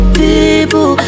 people